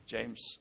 James